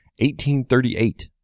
1838